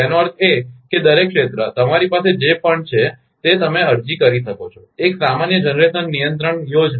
તેનો અર્થ એ કે દરેક ક્ષેત્ર તમારી પાસે જે પણ છે તે તમે અરજી કરી શકો છો એક સામાન્ય જનરેશન નિયંત્રણ યોજના